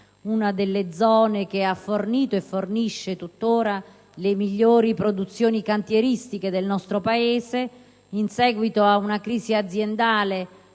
una delle zone che ha fornito e fornisce tuttora le migliori produzioni cantieristiche del nostro Paese. In seguito ad una crisi aziendale